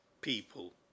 people